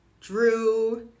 Drew